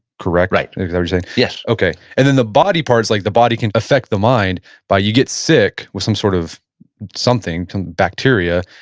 correct? right yes okay. and then the body part is like the body can affect the mind by you get sick with some sort of something, some bacteria,